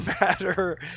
matter